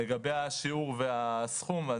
לגבי השיעור והסכום: